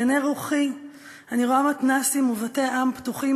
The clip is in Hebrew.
בעיני רוחי אני רואה מתנ"סים ובתי-עם פתוחים